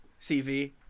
CV